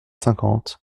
cinquante